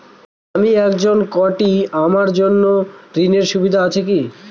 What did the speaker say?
আমি একজন কট্টি আমার জন্য ঋণের সুবিধা আছে কি?